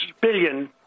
billion